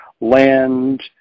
land